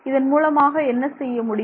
இதன் மூலமாக என்ன செய்ய முடியும்